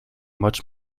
much